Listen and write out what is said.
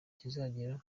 kizagera